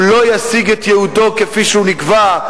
הוא לא ישיג את ייעודו כפי שהוא נקבע,